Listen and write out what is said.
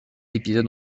épisodes